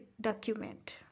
document